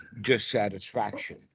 dissatisfaction